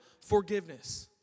forgiveness